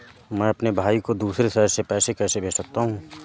मैं अपने भाई को दूसरे शहर से पैसे कैसे भेज सकता हूँ?